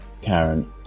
Karen